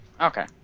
Okay